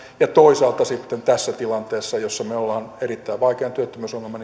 ja toisaalta sitten tässä tilanteessa jossa me olemme erittäin vaikean työttömyysongelman